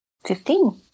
Fifteen